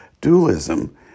dualism